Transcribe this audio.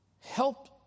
help